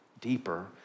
deeper